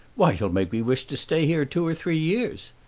why, you'll make me wish to stay here two or three years.